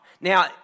Now